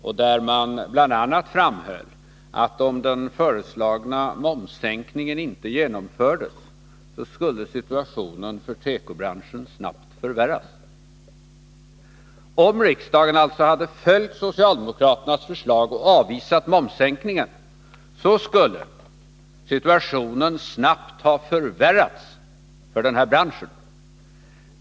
Det framhålls bl.a., att om den föreslagna momssänkningen inte skulle genomföras, skulle situationen för tekobranschen snabbt förvärras. Om riksdagen alltså hade följt socialdemokraternas förslag och avvisat momssänkningen, skulle situationen snabbt ha förvärrats för branschen.